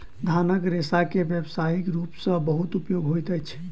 धानक रेशा के व्यावसायिक रूप सॅ बहुत उपयोग होइत अछि